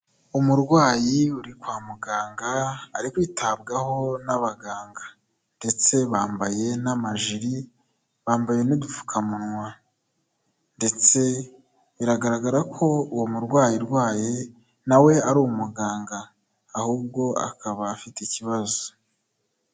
Umurwayi uri kwa muganga ari kwitabwaho n'abaganga ndetse bambaye n'amajiri, bambaye n'udupfukamunwa ndetse biragaragara ko uwo murwayi urwaye na we ari umuganga, ahubwo akaba afite ikibazo.